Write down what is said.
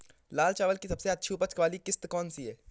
लाल चावल की सबसे अच्छी उपज वाली किश्त कौन सी है?